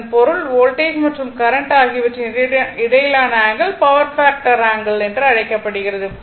இதன் பொருள் வோல்டேஜ் மற்றும் கரண்ட் ஆகியவற்றின் இடையிலான ஆங்கிள் பவர் ஃபாக்டர் ஆங்கிள் என்று அழைக்கப்படுகிறது